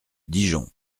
dijon